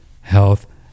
health